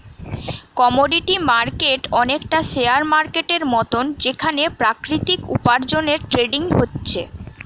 commodity market অনেকটা share মার্কেটের মতন যেখানে প্রাকৃতিক উপার্জনের ট্রেডিং হচ্ছে